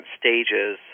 stages